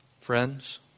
Friends